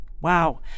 Wow